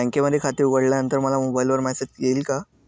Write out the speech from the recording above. बँकेमध्ये खाते उघडल्यानंतर मला मोबाईलवर मेसेज येईल का?